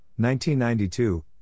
1992